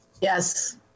Yes